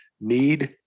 need